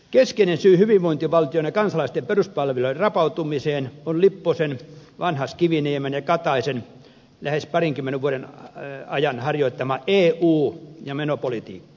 keskeinen syy hyvinvointivaltion ja kansalaisten peruspalvelujen rapautumiseen on lipposen vanhaskiviniemen ja kataisen lähes parinkymmenen vuoden ajan harjoittama eu ja menopolitiikka